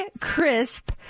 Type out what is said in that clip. Crisp